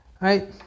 Right